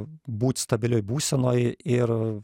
būt stabilioj būsenoj ir